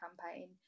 campaign